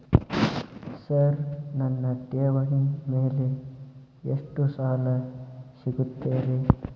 Sir ನನ್ನ ಠೇವಣಿ ಮೇಲೆ ಎಷ್ಟು ಸಾಲ ಸಿಗುತ್ತೆ ರೇ?